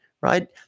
Right